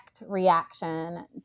reaction